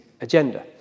agenda